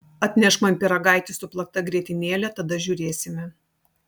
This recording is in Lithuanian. atnešk man pyragaitį su plakta grietinėle tada žiūrėsime